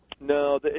No